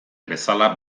bezala